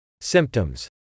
Symptoms